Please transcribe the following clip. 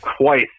twice